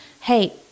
hey